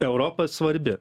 europa svarbi